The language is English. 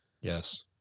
Yes